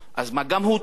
אז מה, גם הוא טועה?